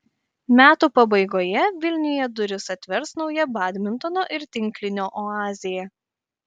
metų pabaigoje vilniuje duris atvers nauja badmintono ir tinklinio oazė